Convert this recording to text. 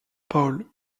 paul